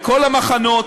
מכל המחנות,